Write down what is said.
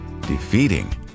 defeating